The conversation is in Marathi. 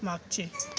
मागचे